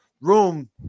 room –